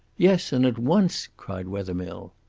yes, and at once, cried wethermill.